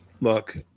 look